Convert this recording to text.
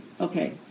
okay